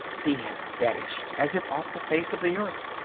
he had vanished as if off the face of the earth.